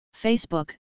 Facebook